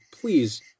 please